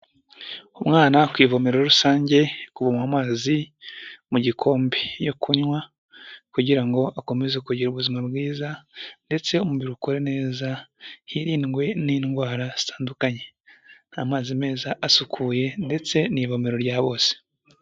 Umwana ku ivmero rusange kuvoma amazi mu gikombe yo kunywa kugira ngo akomeze kugira ubuzima bwiza ndetse umubiri ukore neza hirindwe n'indwara zitandukanye ni amazi meza asukuye ndetse ni ivomero rya bose.